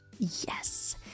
Yes